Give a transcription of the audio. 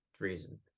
reason